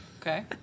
Okay